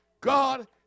God